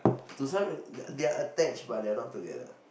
to some uh they're they're attached but they're not together